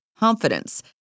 Confidence